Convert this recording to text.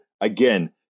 again